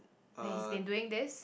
that he's been doing this